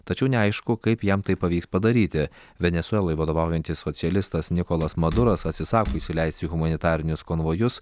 tačiau neaišku kaip jam tai pavyks padaryti venesuelai vadovaujantis socialistas nikolas maduras atsisako įsileisti humanitarinius konvojus